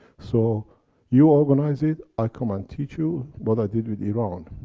so you organize it, i come and teach you, what i did with iran.